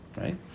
Right